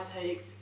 take